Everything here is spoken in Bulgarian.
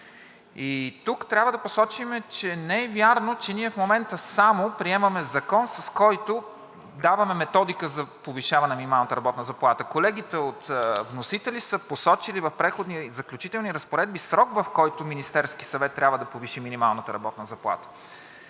Тук трябва да посочим, че не е вярно, че ние в момента само приемаме Закон, с който даваме методика за повишаване на минималната работна заплата. Колегите вносители са посочили в Преходните и заключителните разпоредби срок, в който Министерският съвет трябва да повиши минималната работна заплата.